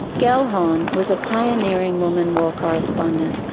gellhorn was a pioneering woman war correspondent.